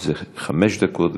זה חמש דקות,